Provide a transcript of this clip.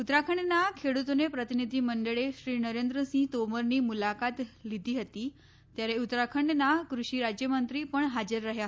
ઉત્તરાખંડના ખેડૂતોના પ્રતિનિધિમંડળે શ્રી નરેન્રએસિંહ તોમરની મુલાકાત લીધી હતી ત્યારે ઉત્તરાખંડના કૃષિ રાજ્યમંત્રી પણ હાજર રહ્યા હતા